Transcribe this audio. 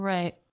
Right